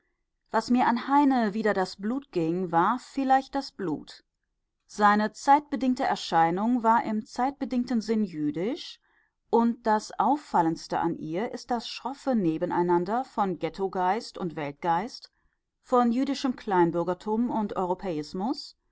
was mir an heine wider das blut ging war vielleicht das blut seine zeitbedingte erscheinung war im zeitbedingten sinn jüdisch und das auffallendste an ihr ist das schroffe nebeneinander von ghettogeist und weltgeist von jüdischem kleinbürgertum und europäismus